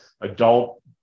adult